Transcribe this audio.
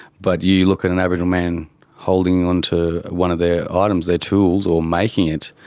but you look at an aboriginal man holding on to one of their items, their tools, or making it,